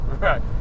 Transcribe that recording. Right